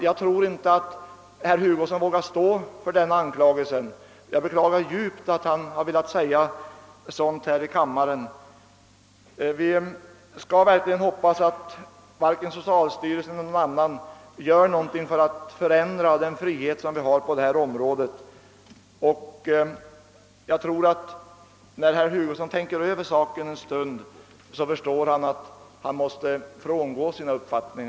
Jag tror inte att herr Hugosson vågar stå för den, och jag beklagar djupt att han velat säga något sådant här i kammaren. Jag hoppas verkligen att varken socialstyrelsen eller någon annan myndighet gör något för att inskränka den frihet som vi har på detta område. När herr Hugosson har tänkt över saken en stund, förstår han säkert att han måste frångå sin uppfattning.